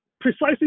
precisely